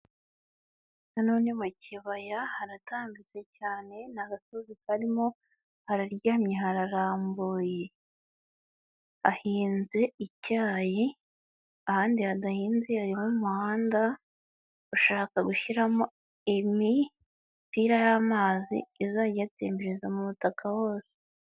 Hano ni mu kibaya haratambitse cyane nta gasozi karimo hararyamye hararambuye, hahinze icyayi ahandi hadahinze harimo umuhanda ushaka gushyiramo imipira y'amazi izajya iyatembereza mu butaka wose.